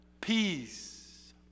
peace